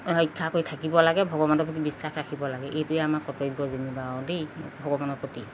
ৰক্ষা কৰি থাকিব লাগে ভগৱানৰ প্ৰতি বিশ্বাস ৰাখিব লাগে এইটোৱেই আমাৰ কৰ্তব্য যেনিবা আৰু দেই ভগৱানৰ প্ৰতি